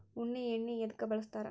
ಉಣ್ಣಿ ಎಣ್ಣಿ ಎದ್ಕ ಬಳಸ್ತಾರ್?